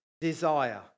desire